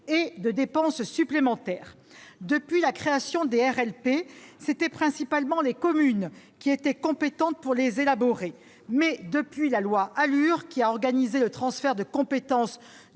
et de dépenses supplémentaires. Depuis la création des RLP, c'étaient principalement les communes qui étaient compétentes pour les élaborer. Mais depuis la loi ALUR, qui a organisé le transfert de la compétence